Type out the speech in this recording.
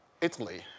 Italy